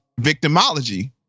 victimology